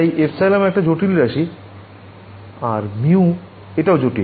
তাই ε একটা জটিল রাশি আর μ এটাও জটিল